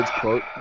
quote